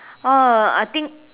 oh I think